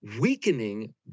weakening